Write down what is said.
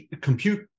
compute